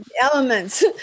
elements